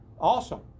awesome